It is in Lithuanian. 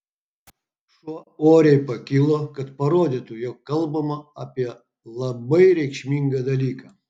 šuo oriai pakilo kad parodytų jog kalbama apie labai reikšmingą dalyką